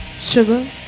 sugar